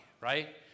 right